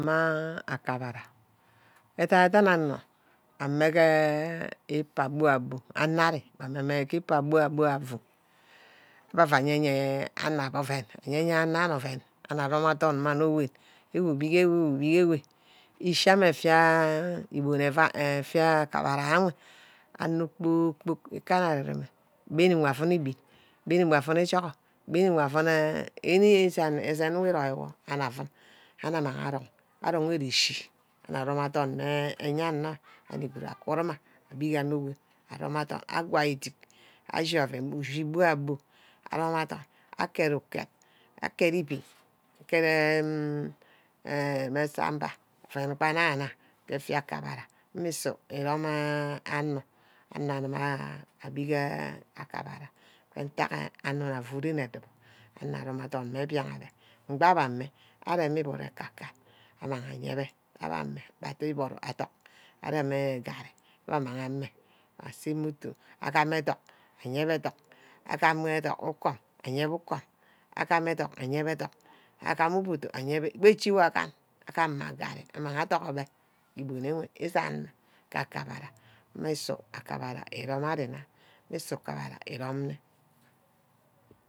Edan-dan ornor amege ípar bua-buo. abbah ua yen onah abe oven ah nor anam oven Anor aromˈadorn mme anor-gud. uwíbige uwibige Eshi ame afía ibon-avâi. efia aka bara ewe ano-kpor-kpork gare-areme íbîn ínen wor avín ibîn. avin íguwor any esene we rome wor anung amang amang arong ereshi anor amang aroˈmme adorn mme aya-wo-ayo abbe gud akuna. anor gud arom adorn. akwa edic. ashí oven. ashí bua-buo arome adorn aket-uket. aket ibin. aket en mme samba mme nna-nina ke efai akíbaha ímísu îrome ah anor. anor akíba abige akíbaha. mme nitâck anor-nna afu ren edibor. anor arome adorn mme mbîang abe. mbabe ame. abe mmí íboro kaka amang ayebe. abe ame. abe ninad ethok. arem garrí abe amemg amme acey motor. agam ethoth ayembe ethok. agam ukom ayembe ukom. agam ethok ayembe ethok. agam orbodor ayembe mbaí íchí wor agam. agam mma garríamang aduro beh ke îbon-wor ísanma ke akíbaha mmusu akabaha erome aríˈnna mmeˈsu akabaha Êrom nine